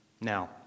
Now